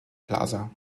plaza